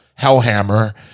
Hellhammer